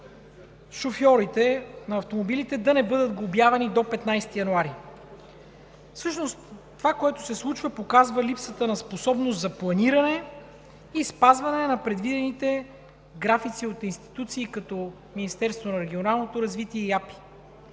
шофьорите на автомобилите да не бъдат глобявани до 15 януари. Всъщност това, което се случва, показва липсата на способност за планиране и спазване на предвидените графици на институции като Министерството на регионалното развитие и